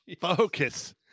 Focus